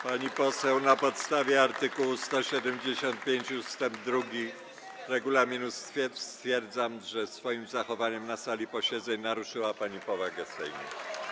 Pani poseł, na podstawie art. 175 ust. 2 regulaminu stwierdzam, że swoim zachowaniem na sali posiedzeń naruszyła pani powagę Sejmu.